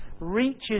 reaches